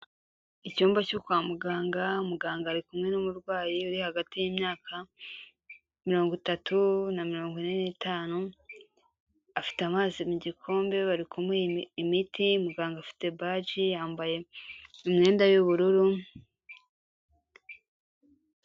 Icyumba cyo kwa muganga, muganga ari kumwe n'umurwayi uri hagati y'imyaka mirongo itatu na mirongo ine n'itanu, afite amazi mu gikombe bari imiti, muganga ufite badge, yambaye imyenda y'ubururu,